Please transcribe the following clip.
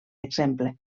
exemple